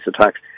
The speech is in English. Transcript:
attacks